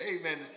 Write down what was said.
Amen